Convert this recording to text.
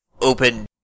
open